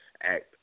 act